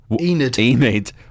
Enid